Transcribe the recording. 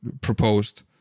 proposed